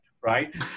Right